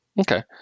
Okay